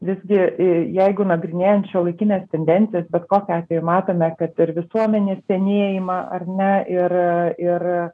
visgi jeigu nagrinėjant šiuolaikines tendencijas bet kokiu atveju matome kad ir visuomenės senėjimą ar ne ir ir